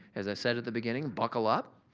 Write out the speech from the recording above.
as i said at the beginning, buckle up.